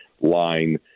line